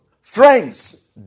Friends